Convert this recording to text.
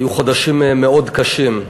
היו חודשים מאוד קשים,